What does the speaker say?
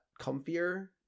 comfier